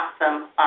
awesome